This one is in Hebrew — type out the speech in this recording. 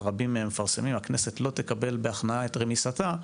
רבים מהם מפרסמים הכנסת לא תקבל בהכנעה את רמיסתה,